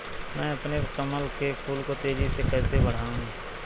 मैं अपने कमल के फूल को तेजी से कैसे बढाऊं?